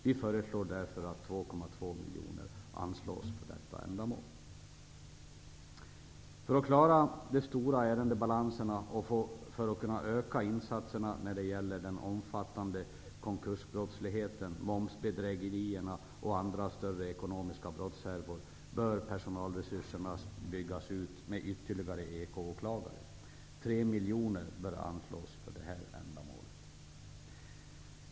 Vi föreslår därför att 2,2 miljoner anslås för detta ändamål. För att klara de stora ärendebalanserna och för att kunna öka insatserna när det gäller den omfattande konkursbrottsligheten, momsbedrägerierna och andra större ekonomiska brottshärvor, bör personalresurserna byggas ut med ytterligare ekoåklagare. 3 miljoner bör anslås för detta ändamål.